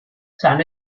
san